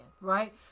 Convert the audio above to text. right